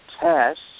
tests